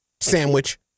sandwich